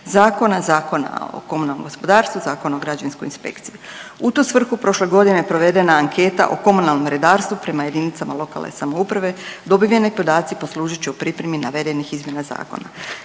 Zakona o komunalnom gospodarstvu, Zakona o građevinskoj inspekciji. U tu svrhu prošle godine provedena je anketa o komunalnom redarstvu prema jedinicama lokalne samouprave. Dobiveni podaci poslužit će u pripremi navedenih izmjena zakona.